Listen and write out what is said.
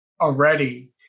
already